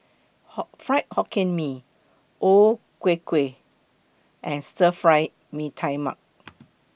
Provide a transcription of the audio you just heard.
Fried Hokkien Mee O Ku Kueh and Stir Fried Mee Tai Mak